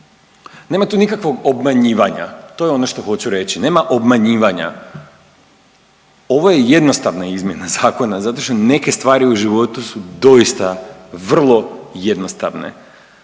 Nema tu nikakvog obmanjivanja to je ono što hoću reći, nema obmanjivanja. Ovo je jednostavna izmjena zakona zato što neke stvari u životu su doista vrlo jednostavne.